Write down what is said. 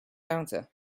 counter